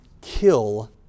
kill